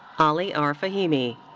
ali r. fahimi.